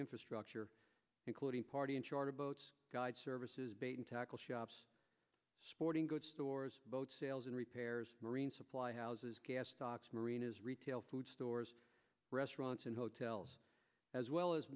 infrastructure including party and charter boat services bait and tackle shops sporting goods stores boat sales and repairs marine supply houses gas stocks marinas retail food stores restaurants and hotels as well as